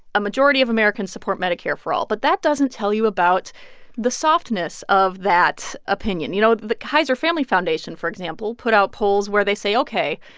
a majority of americans support medicare for all, but that doesn't tell you about the softness of that opinion. you know, the kaiser family foundation, for example, put out polls where they say, ok,